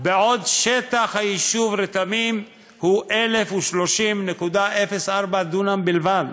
בעוד שטח היישוב רתמים הוא 1,030.04 דונם בלבד,